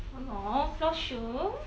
!aww! blossom